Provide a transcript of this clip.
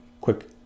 quick